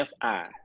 FI